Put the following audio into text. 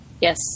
yes